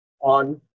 on